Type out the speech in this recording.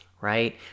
right